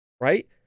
right